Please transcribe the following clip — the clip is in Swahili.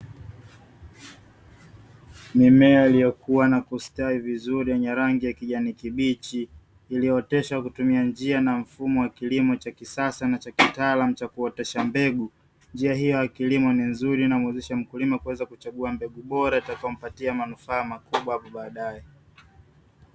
Mimea iliyokua na kustawi vizuri yenye rangi ya kijani kibichi, iliyooteshwa kwa kutumia njia na mfumo wa kilimo cha kisasa na cha kitaalamu cha kuotesha mbegu, njia hiyo ya kilimo ni nzuri inamwezesha mkulima kuweza kuchagua mbegu bora, itakayompatia manufaa makubwa hapo baadae.